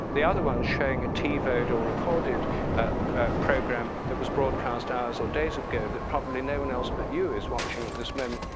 the other one is showing a tivoed or recorded program that was broadcast hours or days ago that probably no one else but you is watching at this moment.